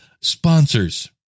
sponsors